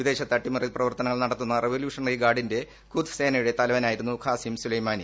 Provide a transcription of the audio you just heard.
വിദേശത്ത് അട്ടിമറി പ്രവർത്തനങ്ങൾ നടത്തുന്ന റവലൂഷണറി ഗാർഡിന്റെ ഖുദ്സ് സേനയുടെ തലവനായിരുന്നു ഖാസിം സുലൈമാനി